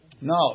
No